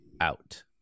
out